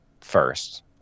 first